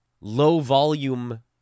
low-volume